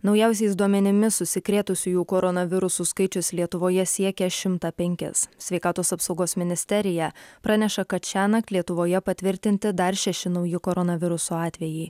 naujausiais duomenimis užsikrėtusiųjų koronavirusu skaičius lietuvoje siekia šimtą penkis sveikatos apsaugos ministerija praneša kad šiąnakt lietuvoje patvirtinti dar šeši nauji koronaviruso atvejai